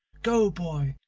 go, boy,